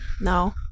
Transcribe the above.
No